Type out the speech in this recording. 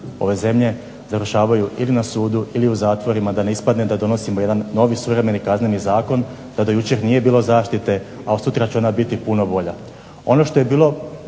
ove zemlje, završavaju ili na sudu, ili u zatvorima da ne ispadne da donosimo danas novi suvremeni Kazneni zakon a da do jučer nije bilo zaštite a od sutra će ona biti puno bolja. Ono što je bilo